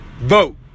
Vote